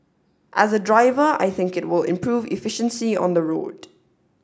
as a driver I think it will improve efficiency on the road